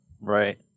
right